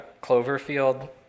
Cloverfield